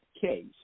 case